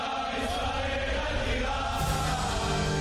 כגודל הזוועה כך גדולה הגבורה.